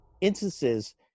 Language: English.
instances